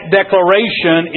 declaration